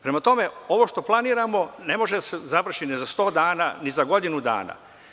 Prema tome, ovo što planiramo ne može da se završi ni za 100 dana, ni za godinu dana.